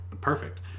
perfect